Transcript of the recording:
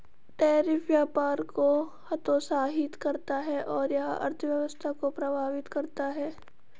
tariff व्यापार को हतोत्साहित करता है और यह अर्थव्यवस्था को प्रभावित करता है